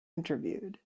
interviewed